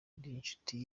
inshuti